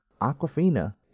Aquafina